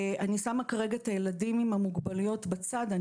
אני שמה כרגע את הילדים עם המוגבלויות בצד.